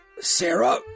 Sarah